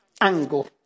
angle